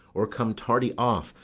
or come tardy off,